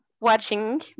watching